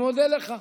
אני מודה לך.